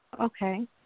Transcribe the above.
Okay